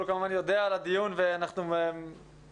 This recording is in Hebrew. הוא יודע על הדיון ואנחנו מעודכנים.